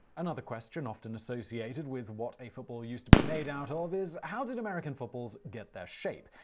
another question often associated with what a football used to be made out of is, how did american footballs get their shape?